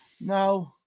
No